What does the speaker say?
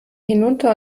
hinunter